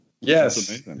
Yes